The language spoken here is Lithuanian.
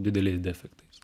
dideliais defektais